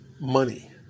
money